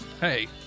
Hey